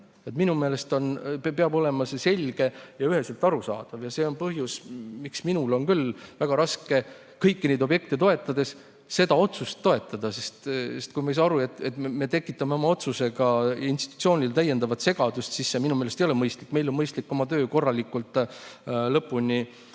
Minu meelest peab see olema selge ja üheselt arusaadav ja see on põhjus, miks minul on küll väga raske kõiki neid objekte toetades seda otsust toetada. Kui me ei saa aru, et me tekitame oma otsusega institutsioonile täiendavat segadust, siis minu meelest see ei ole hea. Meil on mõistlik oma töö korralikult lõpuni